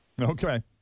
Okay